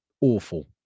awful